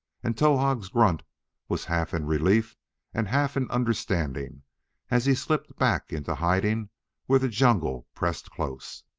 and towahg's grunt was half in relief and half in understanding as he slipped back into hiding where the jungle pressed close.